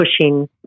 pushing